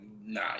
nah